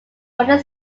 holding